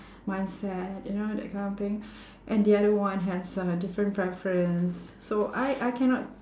mindset you know that kind of thing and the other one has a different preference so I I cannot